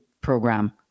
program